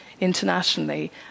internationally